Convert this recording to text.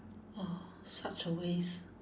!wah! such a waste